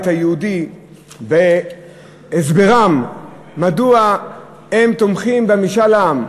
היהודי בהסברם מדוע הם תומכים במשאל העם.